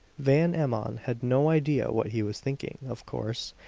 van emmon had no idea what he was thinking, of course,